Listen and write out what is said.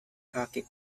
hockey